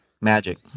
Magic